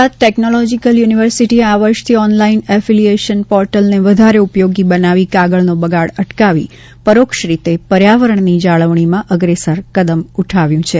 Gujarat technological યૂનિવર્સિટીએ આ વર્ષથી ઓનલાઇન એફિલિએશન પોર્ટલને વધારે ઉપયોગી બનાવી કાગળનો બગાડ અટકાવી પરોક્ષ રીતે પર્યાવરણની જાળવણીમાં અગ્રેસર કદમ ઉઠાવ્યું છે